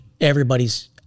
everybody's